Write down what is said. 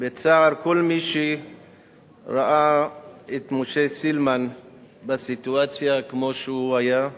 בצער כל מי שראה את משה סילמן בסיטואציה כמו שהוא היה,